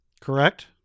Correct